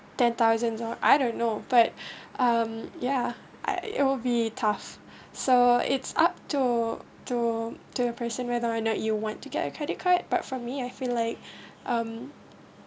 ten thousand or I don't know but um yeah I it'll be tough so it's up to to to a person whether or not you want to get a credit card but for me I feel like um